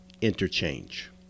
interchange